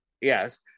yes